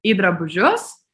į drabužius